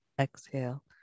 Exhale